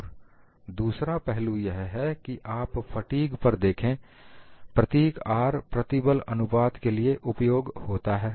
और दूसरा पहलू है यदि आप फटीग पर देखें प्रतीक R प्रतिबल अनुपात के लिए उपयोग होता है